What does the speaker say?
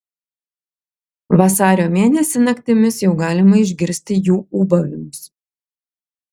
vasario mėnesį naktimis jau galima išgirsti jų ūbavimus